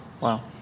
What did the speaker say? wow